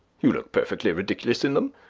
you look perfectly ridiculous in them.